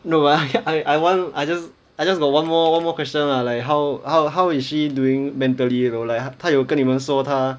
no I I want I just I just got one more one more question lah like how how how is she doing mentally you know like 他他有跟你们说他